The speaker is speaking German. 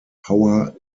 power